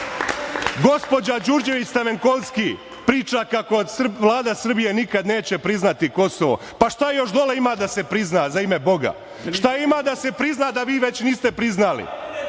Đurđević Stamenkovski priča kako Vlada Srbije nikad neće priznati Kosovo. Šta još dole ima da se prizna za ime boga? Šta ima da se prizna a da vi već niste priznali?